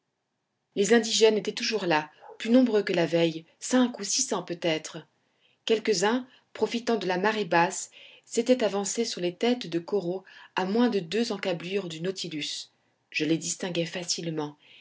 les indigènes étaient toujours là plus nombreux que la veille cinq ou six cents peut-être quelques-uns profitant de la marée basse s'étaient avancés sur les têtes de coraux à moins de deux encablures du nautilus je les distinguai facilement